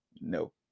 No